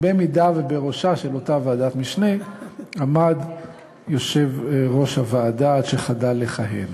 אם בראשה של אותה ועדת משנה עמד יושב-ראש הוועדה שחדל לכהן.